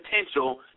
potential